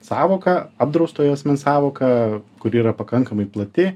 sąvoką apdraustojo asmens sąvoka kuri yra pakankamai plati